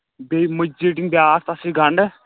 بیٚیہِ مُجہِ ژیٚٹِنۍ بیٛاکھ تَتھ سۭتۍ گَنڈٕ